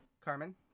Carmen